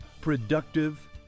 productive